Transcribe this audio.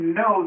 no